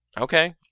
Okay